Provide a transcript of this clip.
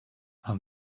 and